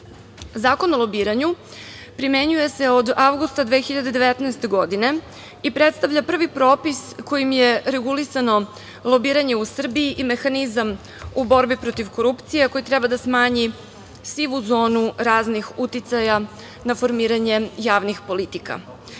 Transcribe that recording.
dela. Zakon o lobiranju primenjuje se od avgusta 2019. godine i predstavlja prvi propis kojim je regulisano lobiranje u Srbiji i mehanizam u borbi protiv korupcije koji treba da smanji sivu zonu raznih uticaja na formiranje javnih politika. Zakon